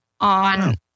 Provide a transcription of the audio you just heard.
on